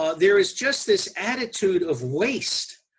ah there is just this attitude of waste.